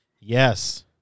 yes